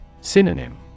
Synonym